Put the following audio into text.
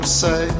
say